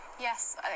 yes